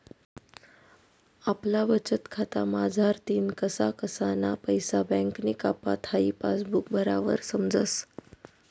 आपला बचतखाता मझारतीन कसा कसाना पैसा बँकनी कापात हाई पासबुक भरावर समजस